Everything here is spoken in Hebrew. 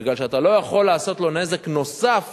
בגלל שאתה לא יכול לעשות לו נזק נוסף